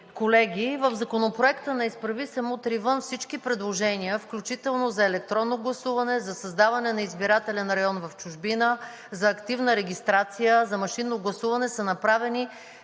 колеги! В Законопроекта на „Изправи се! Мутри вън!“ всички предложения, включително за електронно гласуване, за създаване на избирателен район в чужбина, за активна регистрация, за машинно гласуване, са направени